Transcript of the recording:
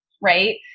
right